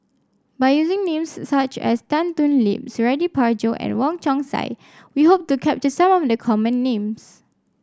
by using names such as Tan Thoon Lip Suradi Parjo and Wong Chong Sai we hope to capture some of the common names